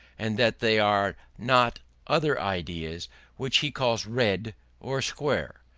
and that they are not other ideas which he calls red or square.